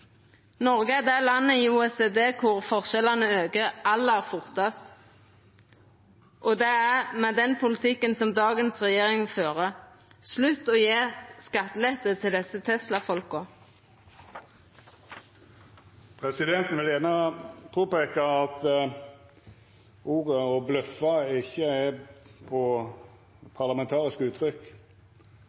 Noreg er det landet i OECD der forskjellane aukar aller fortast, og det er med den politikken som dagens regjering fører. Slutt å gje skattelette til desse Tesla-folka! Presidenten vil påpeika at uttrykket «å bløffa» ikkje er eit parlamentarisk uttrykk.